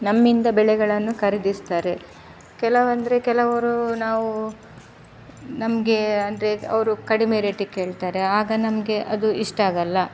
ನಮ್ಮಿಂದ ಬೆಳೆಗಳನ್ನು ಖರೀದಿಸ್ತಾರೆ ಕೆಲವಂದರೆ ಕೆಲವರು ನಾವು ನಮಗೆ ಅಂದರೆ ಈಗ ಅವರು ಕಡಿಮೆ ರೇಟಿಗೆ ಕೇಳ್ತಾರೆ ಆಗ ನಮಗೆ ಅದು ಇಷ್ಟ ಆಗೋಲ್ಲ